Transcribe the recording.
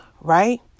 right